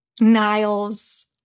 Niles